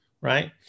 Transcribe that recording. right